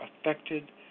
affected